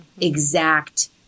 exact